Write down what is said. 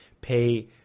pay